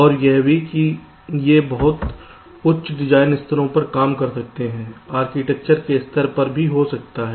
और यह भी कि वे बहुत उच्च डिजाइन स्तरों पर काम कर सकते हैं आर्किटेक्चर के स्तर पर भी हो सकते हैं